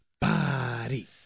body